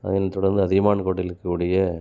அதனைத் தொடர்ந்து அதியமான் கோட்டையில் இருக்கக் கூடிய